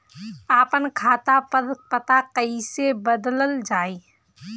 आपन खाता पर पता कईसे बदलल जाई?